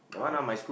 (uh huh)